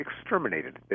exterminated